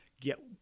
get